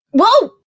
Whoa